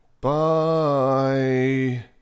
Bye